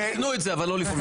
אם תיקנו את זה, אבל לא לפני.